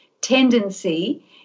tendency